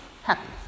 happy